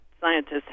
scientists